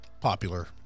popular